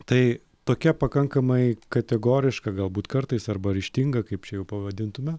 tai tokia pakankamai kategoriška galbūt kartais arba ryžtinga kaip čia jau pavadintume